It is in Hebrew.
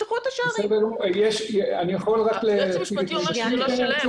היועץ המשפטי אומר שזה שלהם,